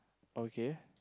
okay